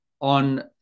on